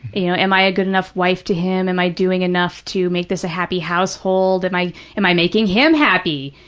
you know, am i a good enough wife to him, am i doing enough to make this a happy household, and am i making him happy,